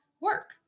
work